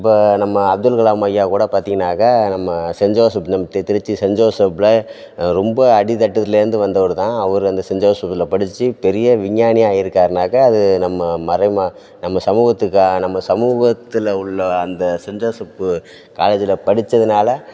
இப்போ நம்ம அப்துல்கலாம் ஐயா கூட பார்த்திங்கனாக்க நம்ம சென்ட் ஜோசப் நம் தி திருச்சி சென்ட் ஜோசப்பில் ரொம்ப அடி தட்டுலேருந்து வந்தவர் தான் அவரு அந்த சென்ட் ஜோசப்பில் படிச்சு பெரிய விஞ்ஞானியாக ஆயிருக்காருனாக்க அது நம்ம மறை மா நம்ம சமூகத்துக்காக நம்ம சமூகத்தில் உள்ள அந்த சென்ட் ஜோசப்பு காலேஜில் படித்ததுனால